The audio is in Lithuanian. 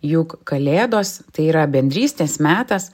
juk kalėdos tai yra bendrystės metas